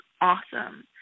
awesome